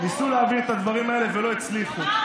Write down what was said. אולי אתה יודע מה זה פריפריה?